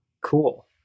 Cool